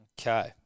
Okay